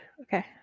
Okay